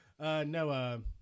No